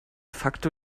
facto